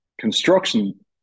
construction